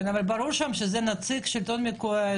אבל ברור שם שזה נציג שלטון מקומי.